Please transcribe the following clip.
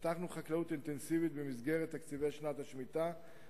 פיתחנו חקלאות אינטנסיבית במסגרת תקציבי שנת השמיטה,